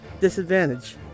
disadvantage